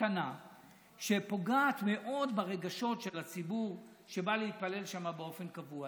קטנה שפוגעת מאוד ברגשות של הציבור שבא להתפלל שם באופן קבוע.